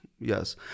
yes